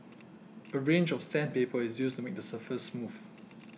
a range of sandpaper is used to make the surface smooth